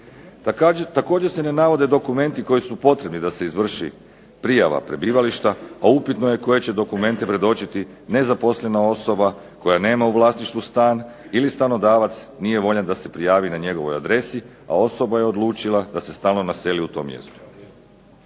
Također se ne navode dokumenti koji su potrebni da se izvrši prijava prebivališta, a upitno je koje će dokumente predočiti nezaposlena osoba koja nema u vlasništvu stan ili stanodavac nije voljan da se prijavi na njegovoj adresi, a osoba je odlučila da se stalno naseli u tom mjestu.